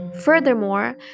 Furthermore